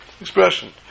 Expression